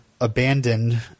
abandoned